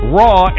raw